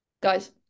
Guys